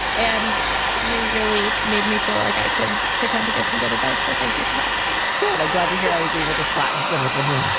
and you really made me feel like i could pretend to give some good advice so thank you for having me. good. glad to hear i was able to flatten some of the new.